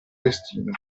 destino